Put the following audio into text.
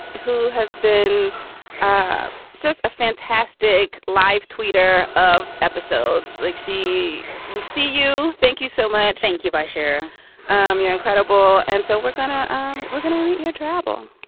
who has been ah just a fantastic live tweeter of episodes like she we see you. thank you so much. thank you. bye, cher um you're incredible and so we're going to um we're going to read your travel.